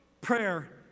Prayer